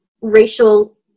racial